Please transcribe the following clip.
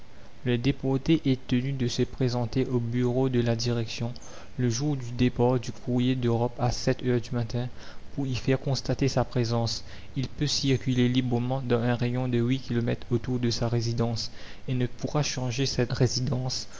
le déporté est tenu de se présenter au bureau de la direction le jour du départ du courrier d'europe à heures du matin pour y faire constater sa présence il peut circuler librement dans un rayon de huit kilomètres autour de sa résidence et ne pourra changer cette résidence